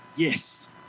Yes